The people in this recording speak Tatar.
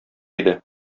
иде